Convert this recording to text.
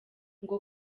ngo